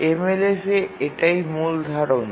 MLF এ এটাই মূল ধারণা